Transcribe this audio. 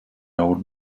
old